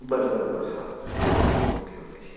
बरं बरं बरं हा ओके ओके